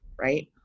Right